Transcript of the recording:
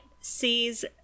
sees